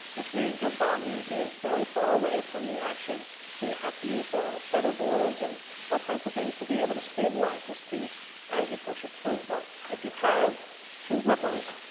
which means your body is very far away from the action so you have to use ah featherboards and all types of things to be able to stabilize this piece as you push it through. but if you have two grr-rippers,